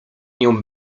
nią